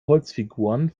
holzfiguren